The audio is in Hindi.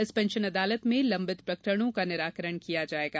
इस पेंशन अदालत में लंबित प्रकरणो का निराकरण किया जायेगा